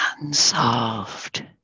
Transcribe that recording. unsolved